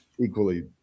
equally